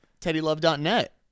Teddylove.net